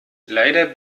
leider